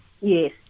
Yes